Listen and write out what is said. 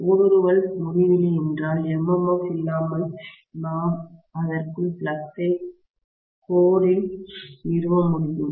ஊடுருவல் முடிவிலி என்றால் MMF இல்லாமல் நான் அதற்குள் ஃப்ளக்ஸ் ஐ கோரரில் நிறுவ முடியும்